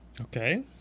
Okay